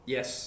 Yes